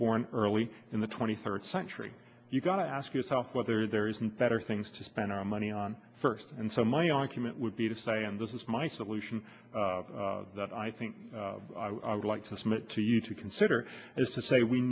born early in the twenty third century you've got to ask yourself whether there isn't better things to spend our money on first and so my argument would be to say and this is my solution that i think i would like to submit to you to consider is to say we